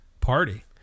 party